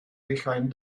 behind